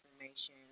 information